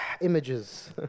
images